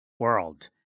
world